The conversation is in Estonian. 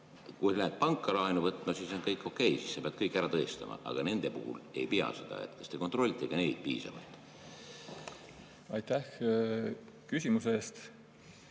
Kui lähed panka laenu võtma, siis on kõik okei, siis sa pead kõik ära tõestama, aga nende puhul seda ei pea. Kas te kontrollite ka neid piisavalt? Aitäh küsimuse eest!